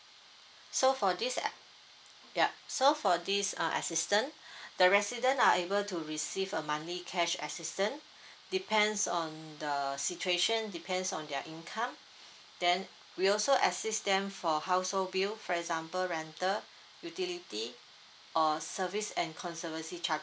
so for this uh yup so for this uh assistant the resident are able to receive a monthly cash assistance depends on the situation depends on their income then we also assist them for household bill for example rental utility or service and conservancy charges